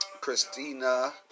Christina